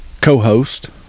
co-host